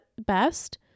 best